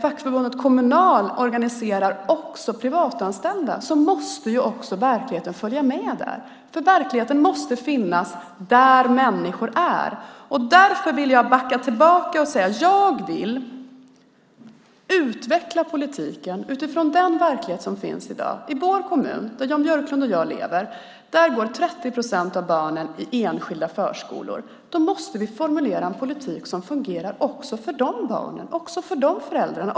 Fackförbundet Kommunal organiserar också privatanställda. Då måste verkligheten följa med. Verkligheten måste finnas där människor är. Därför vill jag backa tillbaka och säga att jag vill utveckla politiken utifrån den verklighet som finns i dag. I vår kommun, där Jan Björklund och jag lever, går 30 procent av barnen i enskilda förskolor. Då måste vi formulera en politik som fungerar också för de barnen och de föräldrarna.